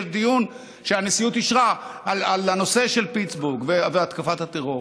יש דיון שהנשיאות אישרה על הנושא של פיטסבורג והתקפת הטרור,